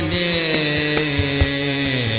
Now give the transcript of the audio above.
a